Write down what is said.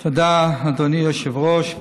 תודה, אדוני היושב-ראש.